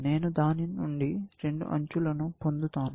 నేను దాని నుండి 2 అంచులను పొందుతాను